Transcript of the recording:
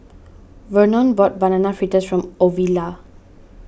Vernon bought Banana Fritters for Ovila